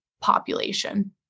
population